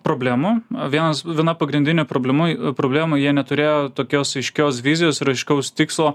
problemų vienas viena pagrindinė problema problema jie neturėjo tokios aiškios vizijos ir aiškaus tikslo